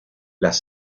las